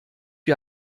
wie